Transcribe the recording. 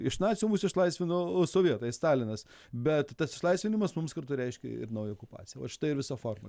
iš nacių mus išlaisvino o sovietai stalinas bet tas išlaisvinimas mums kartu reiškė ir naują okupaciją vat štai ir visa formulė